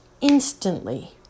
instantly